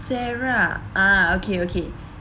sarah ah okay okay